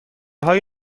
های